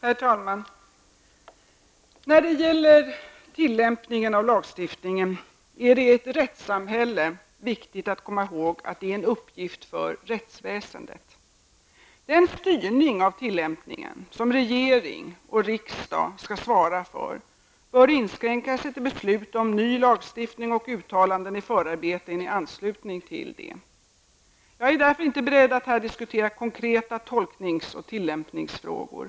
Herr talman! Det är viktigt att komma ihåg att i ett rättssamhälle är tillämpningen av lagen en uppgift för rättsväsendet. Den styrning av tillämpningen som regering och riksdag skall svara för bör inskränka sig till beslut om nya lagar och uttalanden i förarbetena i anslutning till det. Jag är därför inte beredd att här diskutera konkreta tolknings och tillämpningsfrågor.